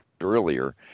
earlier